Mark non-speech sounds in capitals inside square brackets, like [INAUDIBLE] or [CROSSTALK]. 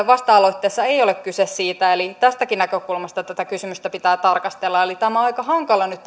[UNINTELLIGIBLE] vasta aloitteessa ei ole kyse siitä eli tästäkin näkökulmasta tätä kysymystä pitää tarkastella eli tämä harkinta mikä meillä on on aika hankala nyt [UNINTELLIGIBLE]